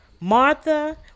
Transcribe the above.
Martha